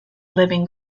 living